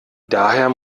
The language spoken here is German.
daher